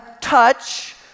touch